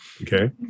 okay